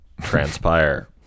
transpire